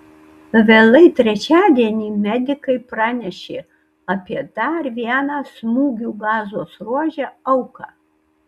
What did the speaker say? vėlai trečiadienį medikai pranešė apie dar vieną smūgių gazos ruože auką